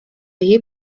jej